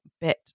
bit